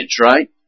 right